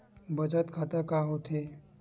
बचत खाता का होथे?